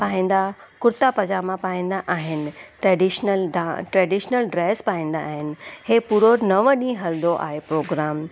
पाईंदा कुर्ता पजामा पाईंदा आहिनि ट्रैडिशनल डांस ट्रैडिशनल ड्रैस पाईंदा आहिनि हीअ पूरो नव ॾींहं हलंदो आहे प्रोग्राम